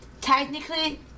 Technically